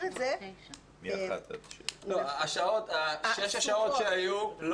את זה --- הווי אומר שטווח השעות לא גדל,